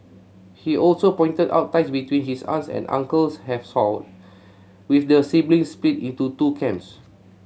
he also pointed out ties between his aunts and uncles have soured with the siblings split into two camps